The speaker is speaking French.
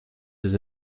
des